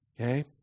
okay